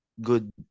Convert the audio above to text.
good